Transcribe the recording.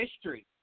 history